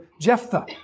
Jephthah